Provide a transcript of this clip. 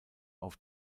auf